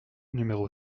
numéro